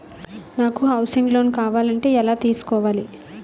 నాకు housing loan కావాలంటే ఎలా తీసుకోవాలి?